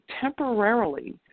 temporarily